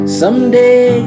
someday